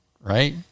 Right